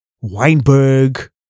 Weinberg